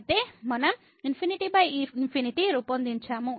అయితే మనం ∞∞ రూపొందించాము